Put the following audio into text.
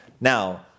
Now